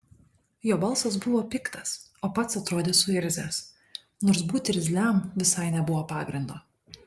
jo balsas buvo piktas o pats atrodė suirzęs nors būti irzliam visai nebuvo pagrindo